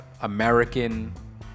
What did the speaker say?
american